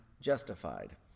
justified